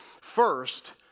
First